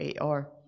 AR